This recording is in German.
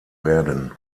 werden